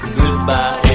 goodbye